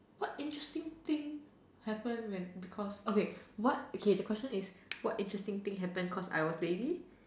what interesting thing happen when because okay what okay the question is what interesting thing happen because I was lazy